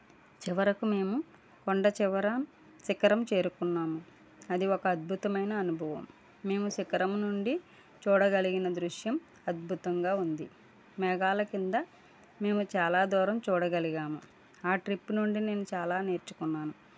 చివరకు మేము కొండ చివర శిఖరం చేరుకున్నాము అది ఒక అద్భుతమైన అనుభవం మేము శిఖరం నుండి చూడగలిగిన దృశ్యం అద్భుతంగా ఉంది మేఘాల కింద మేము చాలా దూరం చూడగలిగాము ఆ ట్రిప్పు నుండి నేను చాలా నేర్చుకున్నాను